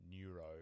neuro